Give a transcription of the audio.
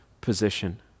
position